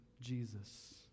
Jesus